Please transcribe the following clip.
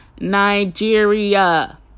Nigeria